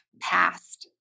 past